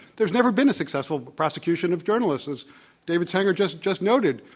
there's never been a successful prosecution of journalists as david sanger just just noted.